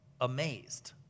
amazed